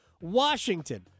Washington